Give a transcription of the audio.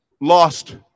lost